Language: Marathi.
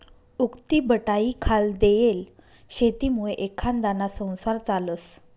उक्तीबटाईखाल देयेल शेतीमुये एखांदाना संसार चालस